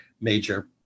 major